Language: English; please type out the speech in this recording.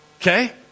Okay